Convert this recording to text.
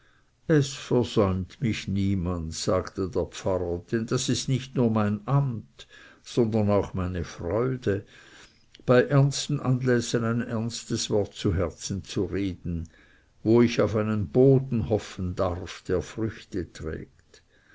es versäumt mich niemand sagte der pfarrer denn das ist nicht nur mein amt sondern auch meine freude bei ernsten anlässen ein ernstes wort zu herzen zu reden wo ich auf einen boden hoffen darf der früchte trägt